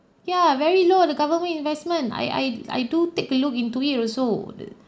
ya very low the government investment I I I do take a look into it also the